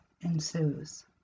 ensues